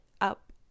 up